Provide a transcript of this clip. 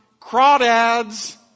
crawdads